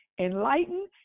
enlighten